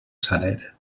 saler